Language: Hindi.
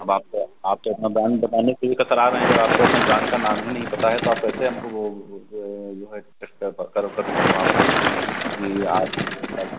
अब आप तो आप तो अपना ब्राण्ड बताने से भी कतरा रहे हैं जब आपको अपने ब्राण्ड का नाम ही नहीं पता है तो आप कैसे हमको वो जो है जो है ट्रस्ट कर कर कर सकते हैं हम आपको कि आप जो है